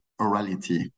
orality